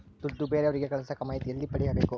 ದುಡ್ಡು ಬೇರೆಯವರಿಗೆ ಕಳಸಾಕ ಮಾಹಿತಿ ಎಲ್ಲಿ ಪಡೆಯಬೇಕು?